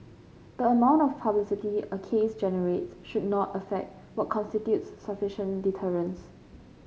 the amount of publicity a case generates should not affect what constitutes sufficient deterrence